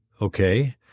Okay